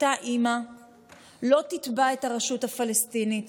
אותה אימא לא תתבע את הרשות הפלסטינית